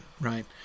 right